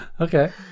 Okay